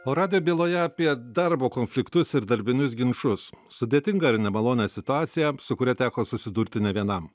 radujo byloje apie darbo konfliktus ir darbinius ginčus sudėtingą ir nemalonią situaciją su kuria teko susidurti nė vienam